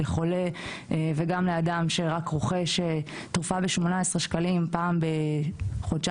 לחולה וגם לאדם שרק רוכש תרופה ב-18 שקלים פעם בחודשיים-שלושה,